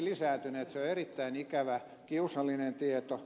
se on erittäin ikävä kiusallinen tieto